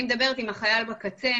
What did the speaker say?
אני מדברת עם החייל בקצה,